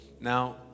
Now